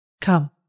Come